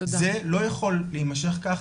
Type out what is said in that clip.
זה לא יכול להמשך כך,